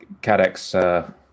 Cadex